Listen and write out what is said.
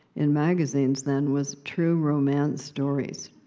in magazines then, was true romance stories.